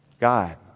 God